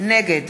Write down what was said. נגד